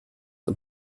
und